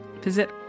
Visit